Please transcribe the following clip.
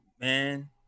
Man